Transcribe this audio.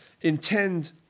intend